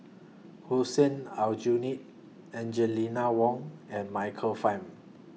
Hussein Aljunied Angel Lina Wang and Michael Fam